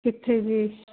ਕਿੱਥੇ ਜੀ